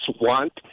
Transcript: want